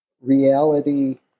reality